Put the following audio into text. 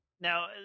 Now